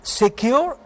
secure